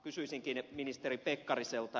kysyisinkin ministeri pekkariselta